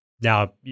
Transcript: Now